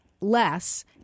less